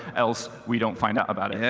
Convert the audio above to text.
else we don't find about it.